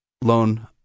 loan